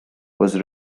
was